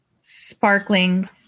sparkling